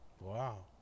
Wow